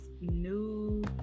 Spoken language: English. new